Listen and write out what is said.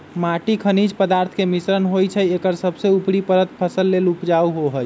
माटी खनिज पदार्थ के मिश्रण होइ छइ एकर सबसे उपरी परत फसल लेल उपजाऊ होहइ